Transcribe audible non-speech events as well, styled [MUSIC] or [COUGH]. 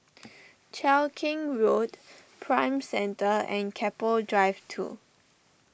[NOISE] Cheow Keng Road Prime Centre and Keppel Drive two